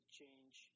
change